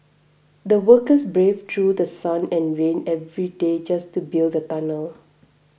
the workers braved through The Sun and rain every day just to build the tunnel